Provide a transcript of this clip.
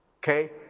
Okay